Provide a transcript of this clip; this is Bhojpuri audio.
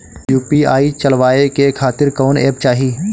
यू.पी.आई चलवाए के खातिर कौन एप चाहीं?